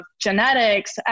genetics